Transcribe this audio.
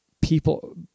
people